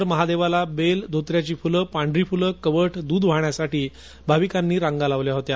दिवसभर महादेवाला बेल धोतऱ्याचे फूल पांढरी फुले कवठ द्रध वाहण्यासाठी भाविकांनी रांगा लावल्या होत्या